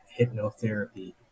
hypnotherapy